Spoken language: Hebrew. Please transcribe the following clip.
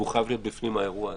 הוא חייב להיות בפנים האירוע.